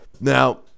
now